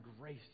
grace